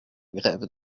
grève